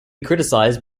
criticized